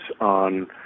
on